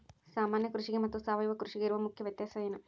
ಸಾಮಾನ್ಯ ಕೃಷಿಗೆ ಮತ್ತೆ ಸಾವಯವ ಕೃಷಿಗೆ ಇರುವ ಮುಖ್ಯ ವ್ಯತ್ಯಾಸ ಏನು?